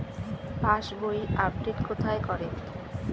পাসবই update কোথায় করে?